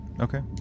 Okay